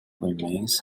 remains